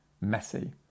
messy